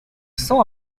saw